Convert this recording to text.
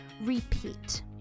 Repeat